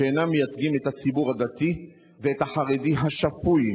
שאינם מייצגים את הציבור הדתי ואת החרדי השפוי,